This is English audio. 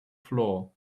floor